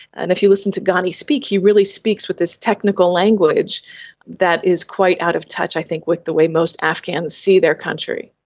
and if you listen to ghani speak he really speaks with this technical language that is quite out of touch i think with the way most afghans see their country.